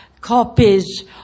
copies